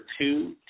two